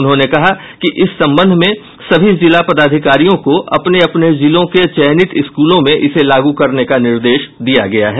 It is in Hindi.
उन्होंने कहा कि इस संबंध में सभी जिला पदाधिकारियों को अपने अपने जिलों के चयनित स्कूलों में इसे लागू करने का निर्देश दिया गया है